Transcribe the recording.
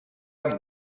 amb